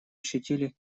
ощутили